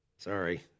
Sorry